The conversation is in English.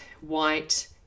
white